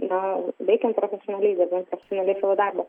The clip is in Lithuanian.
na veikiant profesionaliai dirbant profesionaliai savo darbą